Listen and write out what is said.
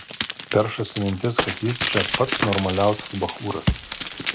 peršasi mintis kad jis čia pats normaliausias bachūras